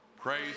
Praise